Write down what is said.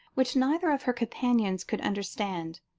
which neither of her companions could understand.